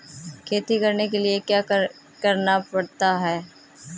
खेती करने के लिए क्या क्या करना पड़ता है?